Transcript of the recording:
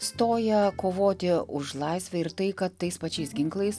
stoję kovoti už laisvę ir tai kad tais pačiais ginklais